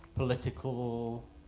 political